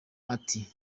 ati